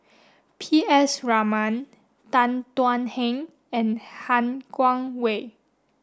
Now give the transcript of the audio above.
P S Raman Tan Thuan Heng and Han Guangwei